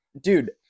Dude